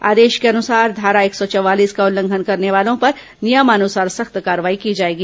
आदेश के अनुसार धारा एक सौ चवालीस का उल्लंघन करने वालों पर नियमानुसार सख्त कार्रवाई की जाएगी